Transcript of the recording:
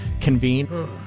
convene